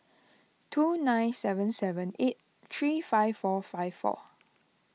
two nine seven seven eight three five four five four